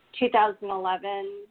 2011